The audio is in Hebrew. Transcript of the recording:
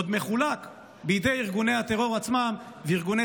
עוד מחולק בידי ארגוני הטרור עצמם וארגוני